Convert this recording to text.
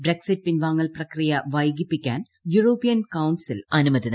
Brexit പിൻവാങ്ങൽ പ്രക്രിയ വൈകിപ്പിക്കാൻ ന് യൂറോപ്യൻ കൌൺസിൽ അനുമതി നൽകും